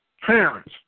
Parents